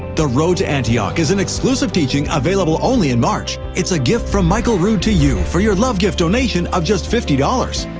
the road to antioch is an exclusive teaching available only in march. it's a gift from michael rood to you for your love gift donation of just fifty dollars.